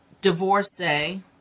divorcee